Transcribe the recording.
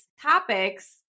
topics